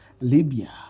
Libya